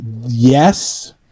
yes